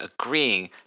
agreeing